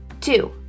Two